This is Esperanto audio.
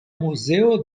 muzeo